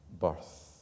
birth